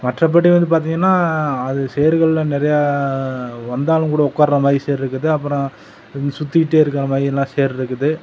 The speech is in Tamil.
மற்றபடி வந்து பார்த்திங்கன்னா அது சேர்கள்லாம் நிறையா வந்தாலும் கூட உக்காருற மாதிரி சேர் இருக்குது அப்புறம் சுத்திகிட்டே இருக்கிற மாதிரி எல்லாம் சேர் இருக்குது